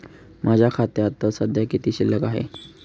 माझ्या खात्यात सध्या किती शिल्लक आहे?